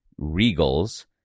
regals